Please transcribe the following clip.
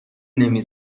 نمی